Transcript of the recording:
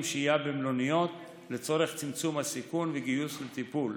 שהייה במלוניות לצורך צמצום הסיכון וגיוס לטיפול,